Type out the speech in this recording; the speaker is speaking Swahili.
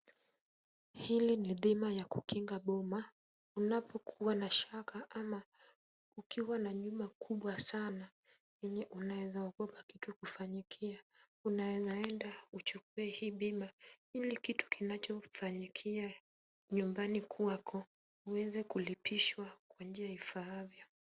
Hili ni bima ya kukinga boma, unapokuwa na shaka ama ukiwa na nyumba kubwa sana yenye unaeza ogopa kitu kufanyikia unaeza enda uchukue hii bima ili kitu kinachofanyikia nyumbani kwako uweze kulipishwa kwa njia ifaavyo.